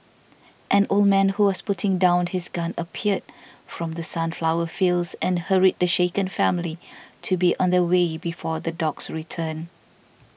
an old man who was putting down his gun appeared from the sunflower fields and hurried the shaken family to be on their way before the dogs return